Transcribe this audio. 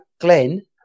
Glenn